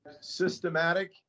systematic